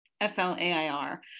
F-L-A-I-R